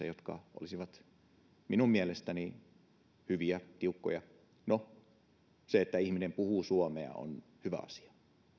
jotka olisivat minun mielestäni hyviä tiukkoja no se että ihminen puhuu suomea on hyvä asia